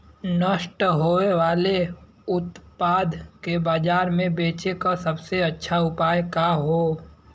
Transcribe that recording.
नष्ट होवे वाले उतपाद के बाजार में बेचे क सबसे अच्छा उपाय का हो?